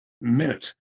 minute